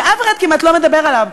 שאף אחד כמעט לא מדבר עליו,